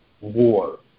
war